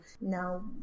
now